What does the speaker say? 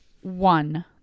one